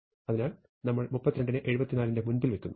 അതിനാൽ നമ്മൾ 32 നെ 74 ന്റെ മുൻപിൽ വെക്കുന്നു